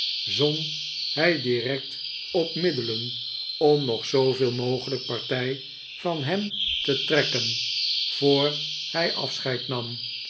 zon hij direct op middelen om nog zooveel mogelijk partij van hem te trekken voor hij afscheid nam